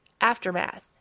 Aftermath